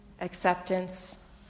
acceptance